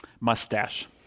Mustache